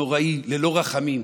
נוראי, ללא רחמים.